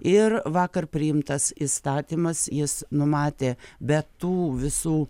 ir vakar priimtas įstatymas jis numatė be tų visų